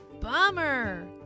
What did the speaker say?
Bummer